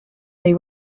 they